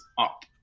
up